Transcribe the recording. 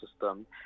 system